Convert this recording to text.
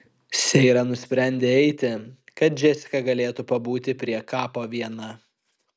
seira nusprendė eiti kad džesika galėtų pabūti prie kapo viena